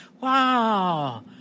wow